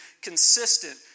consistent